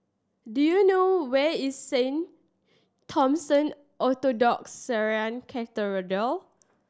do you know where is Saint Thomason Orthodox Syrian